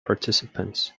participants